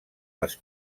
les